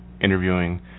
interviewing